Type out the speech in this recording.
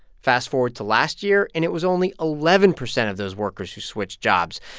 fast forward to last year, and it was only eleven percent of those workers who switched jobs.